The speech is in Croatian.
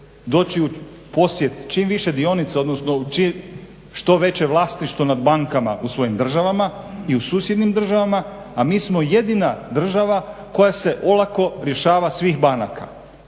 doći u posjed čim više dionica, odnosno u što veće vlasništvo nad bankama u svojim državama i u susjednim državama, a mi smo jedina država koja se olako rješava svih banaka.